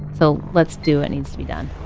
so let's do what needs to be done